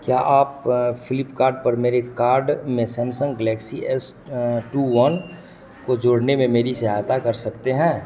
क्या आप फ्लीपकार्ट पर मेरे कार्ट में Samsung Galaxy S two one को जोड़ने में मेरी सहायता कर सकते हैं